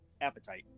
appetite